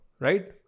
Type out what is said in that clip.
Right